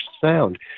sound